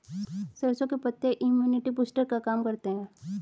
सरसों के पत्ते इम्युनिटी बूस्टर का काम करते है